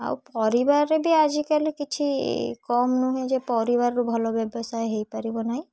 ଆଉ ପରିବାରେ ବି ଆଜିକାଲି କିଛି କମ ନୁହେଁ ଯେ ପରିବାରୁ ଭଲ ବ୍ୟବସାୟ ହୋଇପାରିବ ନାହିଁ